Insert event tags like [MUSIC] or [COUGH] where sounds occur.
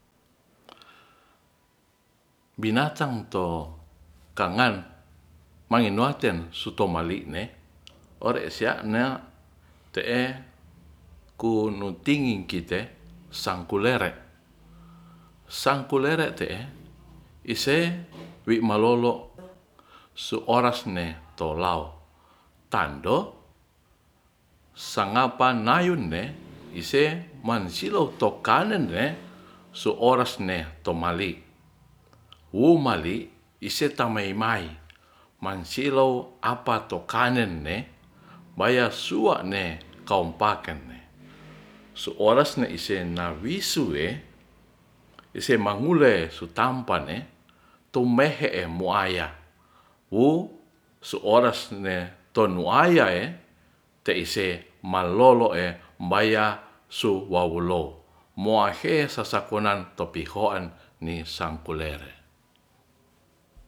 Binatang to kangann mangenoaten supa maline ore sia'na te'e kunut tingi kite sangkulere, sangkulere te'e ise wi malolo su oras ne to lao kando sangapa nayun de [NOISE] mansilo toka nende so oras ne tomalik ise tamai mai man ilou apato kanen ne baya suane kaupakene su oras ne ise nawisue ise mangule su tampan ne tumehe muaya wu su oras ne tonuaya te'ise malolo e baya su wawulou mahise sasa konan topi hoan ni sangkule